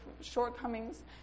shortcomings